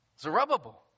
Zerubbabel